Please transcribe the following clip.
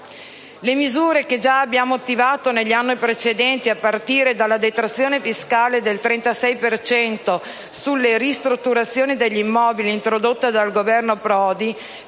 Le misure già attivate negli anni precedenti, a partire dalla detrazione fiscale del 36 per cento sulle ristrutturazioni degli immobili, introdotta dal Governo Prodi,